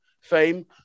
fame